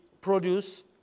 produce